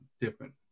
different